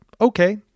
okay